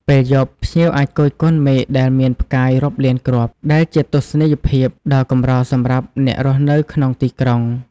ពេលយប់ ភ្ញៀវអាចគយគន់មេឃដែលមានផ្កាយរាប់លានគ្រាប់ ដែលជាទស្សនីយភាពដ៏កម្រសម្រាប់អ្នករស់នៅក្នុងទីក្រុង។